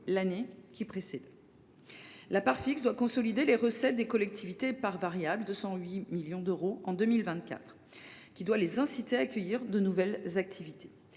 l’année précédente. La part fixe doit consolider les recettes des collectivités et la part variable, soit 208 millions d’euros en 2024, doit les inciter à accueillir de nouvelles activités.